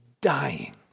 dying